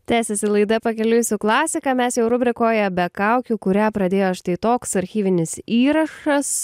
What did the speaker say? tęsiasi laida pakeliui su klasika mes jau rubrikoje be kaukių kurią pradėjo štai toks archyvinis įrašas